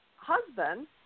husband